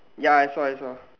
ya I saw I saw